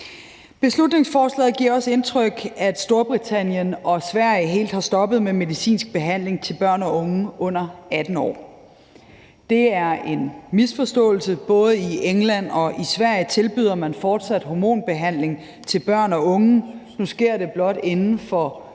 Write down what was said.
Beslutningsforslaget giver også indtryk af, at Storbritannien og Sverige helt er stoppet med medicinsk behandling til børn og unge under 18 år. Det er en misforståelse. Både i England og Sverige tilbyder man fortsat hormonbehandling til børn og unge. Nu sker det blot inden for